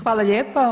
Hvala lijepa.